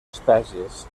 espècies